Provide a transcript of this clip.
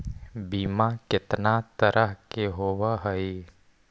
बीमा कितना तरह के होव हइ?